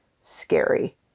scary